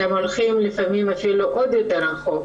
שם לפעמים הולכים אפילו עוד יותר רחוק